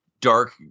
dark